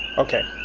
okay,